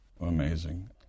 Amazing